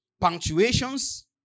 punctuations